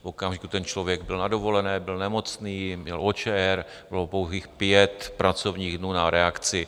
V okamžiku, kdy ten člověk byl na dovolené, byl nemocný, měl OČR, bylo pouhých 5 pracovních dnů na reakci.